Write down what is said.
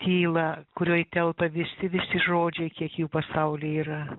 tylą kurioj telpa visi visi žodžiai kiek jų pasauly yra